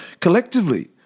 collectively